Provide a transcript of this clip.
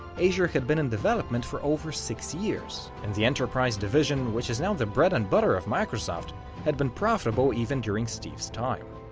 azure had been in development for over six years and the enterprise division which is now the bread and butter of microsoft had been profitable even during steve's time.